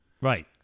Right